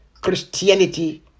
Christianity